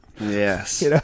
Yes